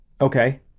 Okay